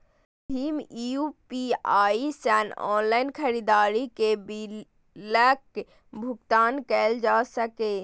भीम UPI सं online खरीदारी के बिलक भुगतान कैल जा सकैए